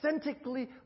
authentically